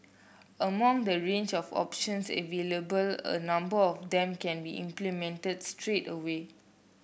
among the range of options available a number of them can be implemented straight away